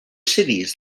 cities